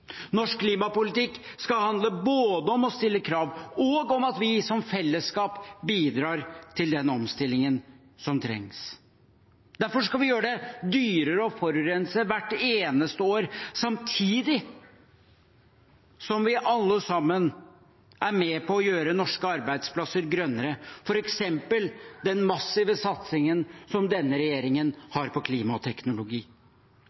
Norsk klimapolitikk skal handle både om å stille krav og om at vi som fellesskap bidrar til den omstillingen som trengs. Derfor skal vi gjøre det dyrere å forurense hvert eneste år, samtidig som vi alle sammen er med på å gjøre norske arbeidsplasser grønnere, f.eks. med den massive satsingen som denne regjeringen